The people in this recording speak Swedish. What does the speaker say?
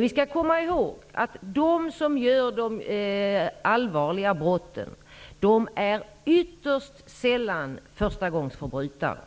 Vi skall komma ihåg att de som begår de allvarliga brotten ytterst sällan är förstagångsförbrytare.